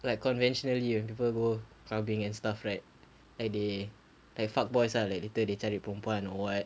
like conventionally when people go clubbing and stuff right like they like fuck boys ah like later they cari perempuan or what